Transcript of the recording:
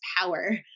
power